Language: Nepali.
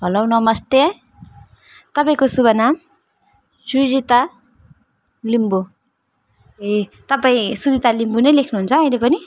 हेलो नमस्ते तपाईँको शुभ नाम सुजिता लिम्बू ए तपाईँ सुजिता लिम्बू नै लेख्नुहुन्छ अहिले पनि